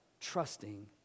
trusting